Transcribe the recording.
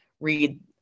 read